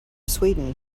sweden